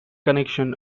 connection